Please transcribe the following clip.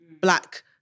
black